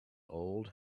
old